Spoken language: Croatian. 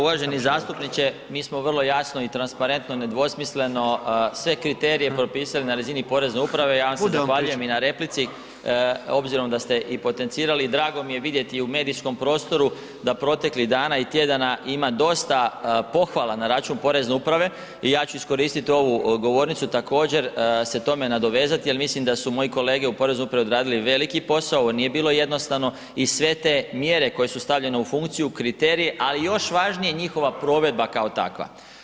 Uvaženi zastupniče, mi smo vrlo jasno i transparentno, nedvosmisleno sve kriterije propisali na razini Porezne uprave, ja vas se zahvaljujem i na replici obzirom da ste i potencirali i drago mi je vidjeti u medijskom prostoru da proteklih dana i tjedana ima dosta pohvala na račun Porezne uprave i ja ću iskoristiti ovu govornicu, također, se tome nadovezati jer mislim da su moji kolege u Poreznoj upravi odradili veliki posao, ovo nije bilo jednostavno i sve te mjere koje su stavljene u funkciju, kriterije, ali još važnije njihova provedba kao takva.